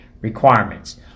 requirements